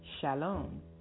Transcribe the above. shalom